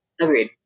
Agreed